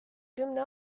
kümne